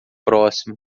próximo